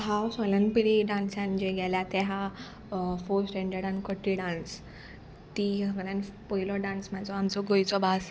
हांव सोयल्यान पिढी डांसान जे गेल्या ते हा फो स्टँडर्ड आनी कट्टी डांस ती सगल्यान पयलो डांस म्हाजो आमचो गोंयचो भास